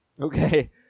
Okay